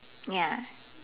ya